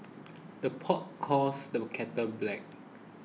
the pot calls the kettle black